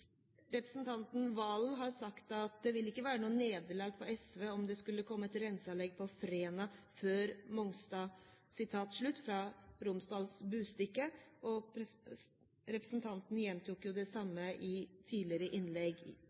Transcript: Representanten Serigstad Valen har sagt i Romsdals Budstikke at det vil ikke være noe nederlag for SV om det skulle komme et renseanlegg i Fræna før på Mongstad, og representanten har gjentatt det samme i tidligere innlegg